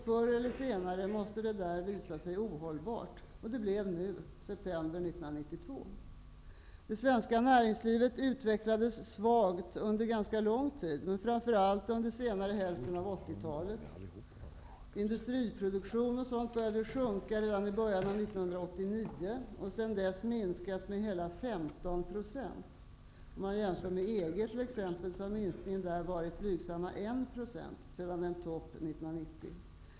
Förr eller senare måste det visa sig ohållbart, och det blev nu, i september 1992. Det svenska näringslivet utveckades svagt under ganska lång tid, framför allt under senare hälften av 1980-talet. Industriproduktionen började sjunka redan i början av 1989 och har sedan dess minskat med hela 15 %. I t.ex. EG har minskningen varit blygsamma 1 % sedan en topp 1990.